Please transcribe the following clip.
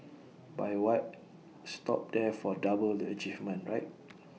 but why stop there for double the achievement right